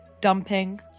dumping